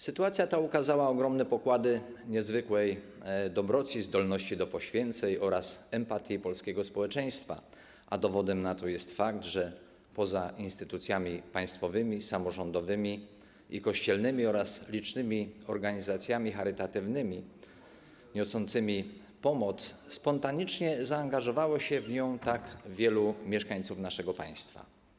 Sytuacja ta ukazała ogromne pokłady niezwykłej dobroci, zdolności do poświęceń oraz empatii polskiego społeczeństwa, a dowodem na to jest fakt, że poza instytucjami państwowymi, samorządowymi i kościelnymi oraz licznymi organizacjami charytatywnymi niosącymi pomoc spontanicznie zaangażowało się w tę pomoc tak wielu mieszkańców naszego kraju.